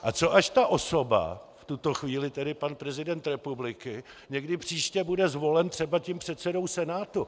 A co až ta osoba, v tuto chvíli tedy pan prezident republiky, někdy příště bude zvolena třeba předsedou Senátu?